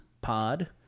pod